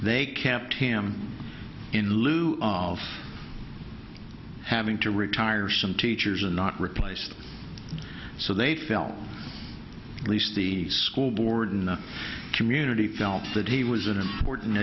they kept him in lieu of having to retire some teachers and not replaced so they felt least the school board in the community felt that he was an important